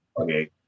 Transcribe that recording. okay